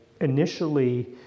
initially